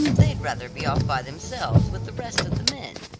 they'd rather be off by themselves with the rest of the men.